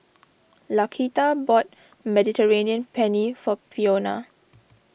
Laquita bought Mediterranean Penne for Fiona